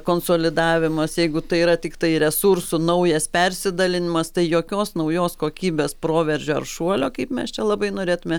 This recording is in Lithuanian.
konsolidavimas jeigu tai yra tiktai resursų naujas persidalijimas tai jokios naujos kokybės proveržio ar šuolio kaip mes čia labai norėtume